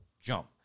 jump